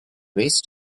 race